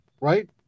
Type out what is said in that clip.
right